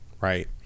Right